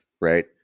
right